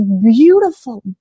beautiful